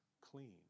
clean